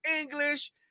English